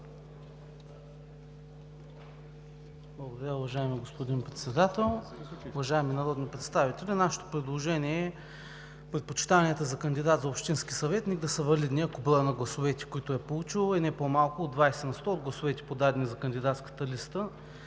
(ОП): Уважаеми господин Председател, уважаеми народни представители! Нашето предложение е: предпочитанията за кандидат за общински съветник да са валидни, ако броят на гласовете, които е получил, е не по-малко от 20 на сто от гласовете, подадени за кандидатската листа.